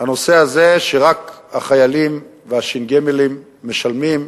הנושא הזה, שרק החיילים והשין-גימלים משלמים,